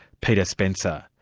peter spencer.